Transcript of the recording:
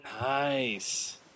nice